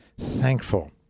thankful